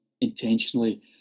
Intentionally